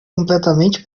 completamente